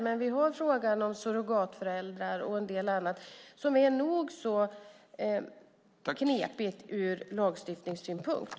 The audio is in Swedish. Men där finns frågan om surrogatföräldrar och en del annat som är nog så knepigt ur lagstiftningssynpunkt.